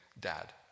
Dad